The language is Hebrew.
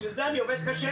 ובשביל זה אני עובד קשה,